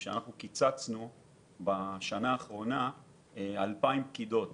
קיצצנו 2,000 פקידות